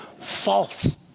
False